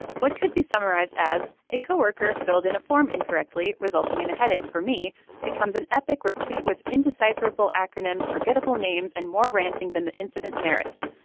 what could be summarized as a co-worker filled in a form incorrectly resulting in a headache for me becomes an epic replete with indecipherable acronyms forgettable names and more ranting than the incident merits.